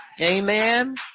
Amen